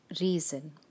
reason